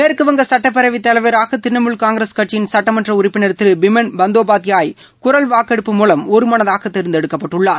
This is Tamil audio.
மேற்கு வங்க சுட்டப்பேரவைத் தலைவராக திரிணாமூல் காங்கிரஸ் கட்சியின் சுட்டமன்ற உறுப்பினர் திரு பிமன் பந்தோபாத்தியாய் குரல் வாக்கெடுப்பு மூலம் ஒருமனதாக தேர்ந்தெடுக்கப்பட்டுள்ளார்